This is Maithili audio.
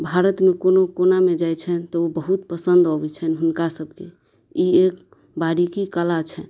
भारतमे कोनो कोनामे जाइ छै तऽ ओ बहुत पसन्द अबै छै हुनका सबके ई एक बारीकी कला छै